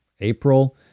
April